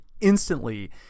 instantly